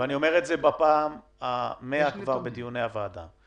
זה כבר בפעם המאה בדיוני הוועדה.